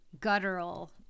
guttural